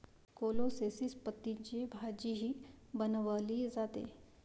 कोलोसेसी पतींची भाजीही बनवली जाते